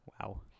Wow